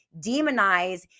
demonize